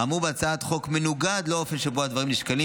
האמור בהצעת החוק מנוגד לאופן שבו הדברים נשקלים